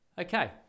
Okay